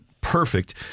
perfect